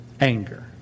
anger